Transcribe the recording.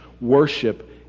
worship